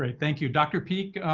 thank you. dr. peek,